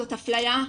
זאת אפליה,